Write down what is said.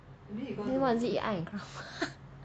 then why is it art and craft